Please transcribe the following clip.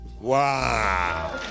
Wow